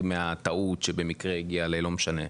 שחורג מהטעות שבמקרה הגיע, לא משנה,